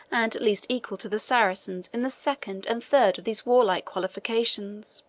and at least equal to the saracens, in the second and third of these warlike qualifications.